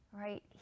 right